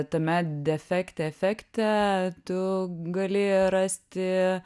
tame defekte efekte tu gali rasti